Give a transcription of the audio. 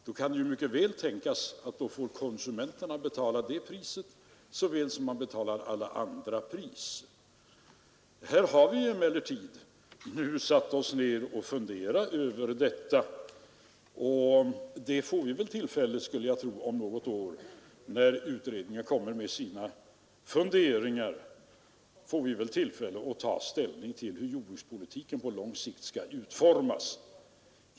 Då kan det mycket väl tänkas att konsumenterna får betala det priset såväl som alla andra priser. Här har vi emellertid satt oss ned för att fundera över detta, och jag skulle tro att vi om något år — när utredningen lägger fram resultatet av sitt arbete — får tillfälle att ta ställning till hur jordbrukspolitiken på lång sikt skall utformas.